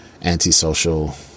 anti-social